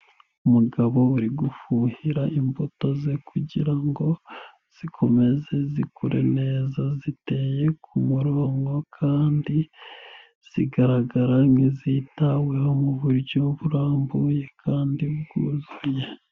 Umugabo uri gufuhira imbuto ze kugira ngo zikomeze zikure neza ziteye kumurongo kandi zigaragara nk'izitaweho mu buryo burambuye kandi bwuzuye.